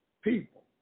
people